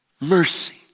Mercy